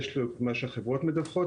יש מה שהחברות מדווחות,